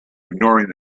ignoring